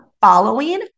following